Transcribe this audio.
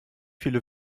viele